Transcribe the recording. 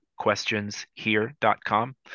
questionshere.com